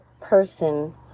person